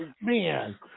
Man